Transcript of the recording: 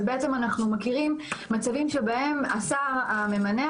אז בעצם אנחנו מכירים מצבים שבהם השר הממנה,